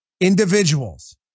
individuals